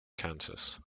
kansas